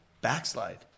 backslide